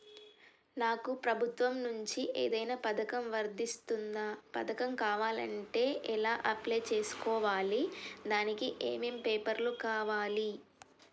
నాకు ప్రభుత్వం నుంచి ఏదైనా పథకం వర్తిస్తుందా? పథకం కావాలంటే ఎలా అప్లై చేసుకోవాలి? దానికి ఏమేం పేపర్లు కావాలి?